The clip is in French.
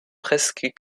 presque